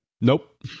Nope